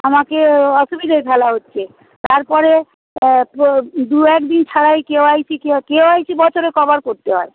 আমাকে অসুবিধেয় ফেলা হচ্ছে তারপরে দু একদিন ছাড়াই কেওআইসি কে কেউআইসি বছরে কবার করতে হয়